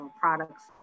products